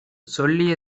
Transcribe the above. சொல்லிய